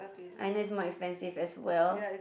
I know it's more expensive as well